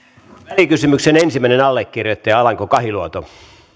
välikysymyksen ensimmäinen allekirjoittaja alanko kahiluoto